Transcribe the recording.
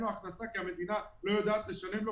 לו הכנסה כי המדינה לא יודעת לשלם לו,